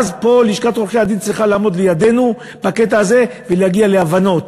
לשכת עורכי-הדין צריכה לעמוד פה לידנו בקטע הזה ולהגיע להבנות,